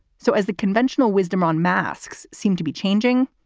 so as the conventional wisdom on masks seemed to be changing,